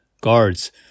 guards